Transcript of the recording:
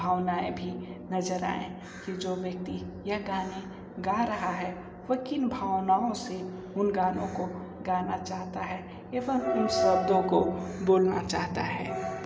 भावनाएं भी नजर आए कि जो व्यक्ति यह गाने गा रहा है वो किन भावनाओं से उन गानों को गाना चाहता है एवं उन शब्दों को बोलना चाहता है